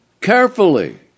carefully